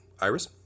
Iris